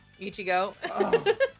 Ichigo